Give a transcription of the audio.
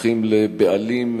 הופכים לבעלים,